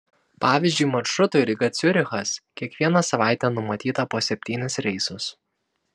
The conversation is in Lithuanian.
pavyzdžiui maršrutui ryga ciurichas kiekvieną savaitę numatyta po septynis reisus